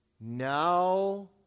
now